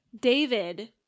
David